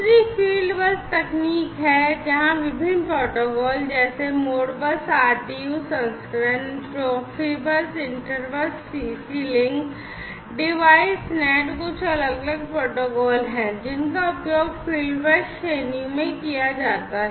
दूसरी field bus तकनीक है जहां विभिन्न प्रोटोकॉल जैसे Modbus RTU संस्करण Profibus Interbus CC link device net कुछ अलग अलग प्रोटोकॉल हैं जिनका उपयोग फील्ड बस श्रेणी में किया जाता है